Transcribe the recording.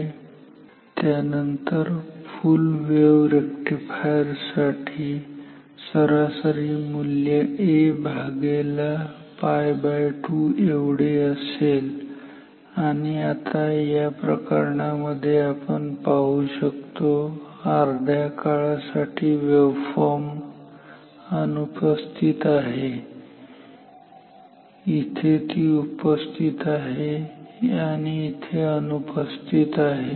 आणि त्यानंतर full wave rectifier साठी सरासरी मूल्य 𝐴𝜋2 एवढे असेल आणि आता या प्रकरणांमध्ये आपण पाहू शकतो अर्ध्या कालावधीसाठी वेव्हफॉर्म अनुपस्थित आहे इथे ती उपस्थित आहे आणि इथे अनुपस्थित आहे